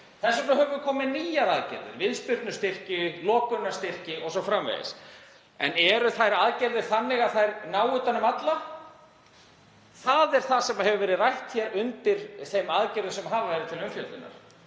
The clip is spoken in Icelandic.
Þess vegna höfum við komið með nýjar aðgerðir, viðspyrnustyrki, lokunarstyrki o.s.frv. En eru þær aðgerðir þannig að þær nái utan um alla? Það er það sem hefur verið rætt hér undir þeim aðgerðum sem hafa verið til umfjöllunar.